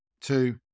two